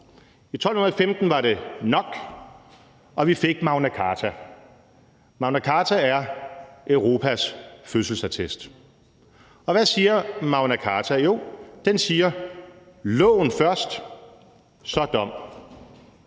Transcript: I 1215 var det nok, og vi fik Magna Carta. Magna Carta er Europas fødselsattest. Og hvad siger Magna Carta? Jo, den siger: Loven kommer først, så dommen.